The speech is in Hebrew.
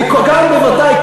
בוודאי,